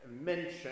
mention